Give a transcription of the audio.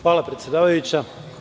Hvala, predsedavajuća.